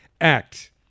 Act